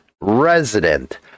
resident